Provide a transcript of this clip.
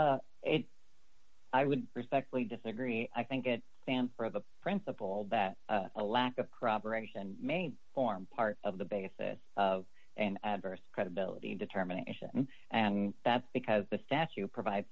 principle i would respectfully disagree i think it stands for the principle that a lack of proper action main form part of the basis of an adverse credibility determination and that's because the statute provide